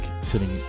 sitting